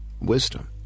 Wisdom